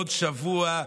עוד שבוע.